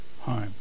home